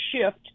shift